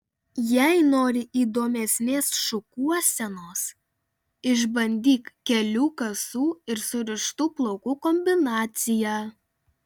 jei nori įdomesnės šukuosenos išbandyk kelių kasų ir surištų plaukų kombinaciją